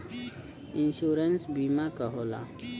Insurance बीमा का होला?